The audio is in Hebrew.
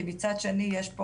כי מצד שני יש פה